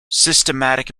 systematic